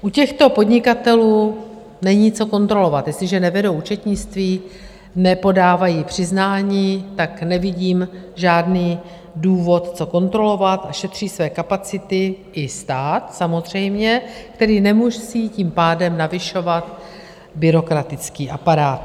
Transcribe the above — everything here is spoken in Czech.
U těchto podnikatelů není co kontrolovat, jestliže nevedou účetnictví, nepodávají přiznání, tak nevidím žádný důvod, co kontrolovat, a šetří své kapacity i stát samozřejmě, který nemusí tím pádem navyšovat byrokratický aparát.